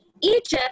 Egypt